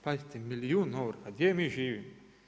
Pazite milijun ovrha, gdje mi živimo.